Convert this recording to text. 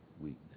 weakness